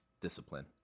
discipline